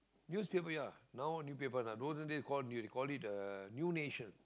newspaper ya now new paper olden day call no they call it the new nation